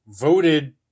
voted